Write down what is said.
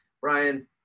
Brian